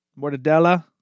Mortadella